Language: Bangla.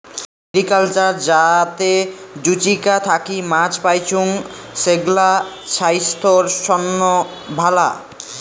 মেরিকালচার যাতে জুচিকা থাকি মাছ পাইচুঙ, সেগ্লা ছাইস্থ্যর তন্ন ভালা